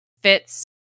Fitz